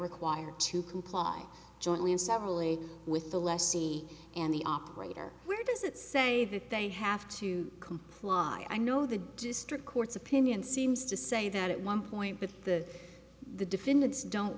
required to comply jointly and severally with the lessee and the operator where does it say that they have to comply i know the district court's opinion seems to say that at one point but the the defendants don't